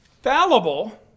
fallible